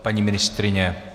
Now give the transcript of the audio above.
Paní ministryně?